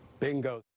bingo.